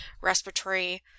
respiratory